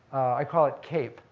i call it cape,